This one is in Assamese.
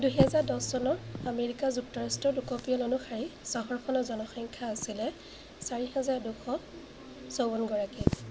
দুহেজাৰ দহ চনৰ আমেৰিকা যুক্তৰাষ্ট্ৰৰ লোকপিয়ল অনুসৰি চহৰখনৰ জনসংখ্যা আছিল চাৰি হাজাৰ দুশ চৌৱনগৰাকী